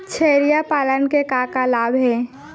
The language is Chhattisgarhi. छेरिया पालन के का का लाभ हे?